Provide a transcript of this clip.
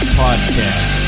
podcast